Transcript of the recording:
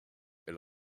elle